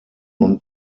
und